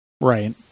Right